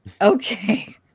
Okay